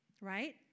Right